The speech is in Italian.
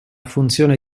funzione